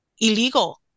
illegal